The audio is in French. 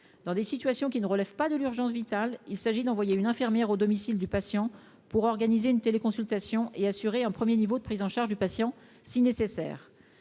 dans des situations qui ne relèvent pas de l'urgence vitale, il s'agit d'envoyer une infirmière au domicile du patient pour organiser une téléconsultation et assurer un 1er niveau de prise en charge du patient, si nécessaire,